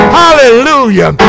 hallelujah